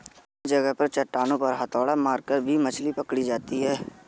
कई जगह चट्टानों पर हथौड़ा मारकर भी मछली पकड़ी जाती है